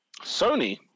Sony